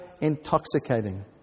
intoxicating